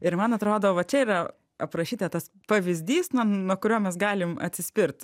ir man atrodo va čia yra aprašyta tas pavyzdys nuo nuo kurio mes galim atsispirt